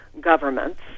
governments